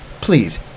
Please